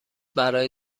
برای